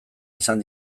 izan